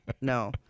No